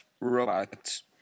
robots